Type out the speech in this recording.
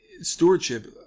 stewardship